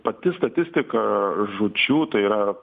į pati statistiką žūčių tai yra